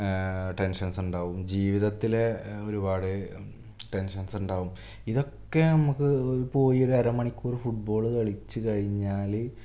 ടെൻഷൻസുണ്ടാവും ജീവിതത്തില് ഒരുപാട് ടെൻഷൻസുണ്ടാകും ഇതൊക്കെ നമുക്ക് പോയി ഒരരമണിക്കൂർ ഫുട്ബോള് കളിച്ചുകഴിഞ്ഞാല്